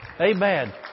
Amen